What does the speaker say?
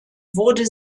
wurde